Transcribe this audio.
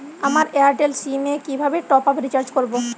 আমার এয়ারটেল সিম এ কিভাবে টপ আপ রিচার্জ করবো?